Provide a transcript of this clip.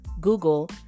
Google